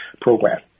program